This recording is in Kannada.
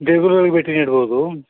ದೇಗುಲಗಳಿಗೆ ಭೇಟಿ ನೀಡ್ಬೋದು